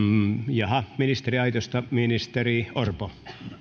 ministeriaitiosta ministeri orpo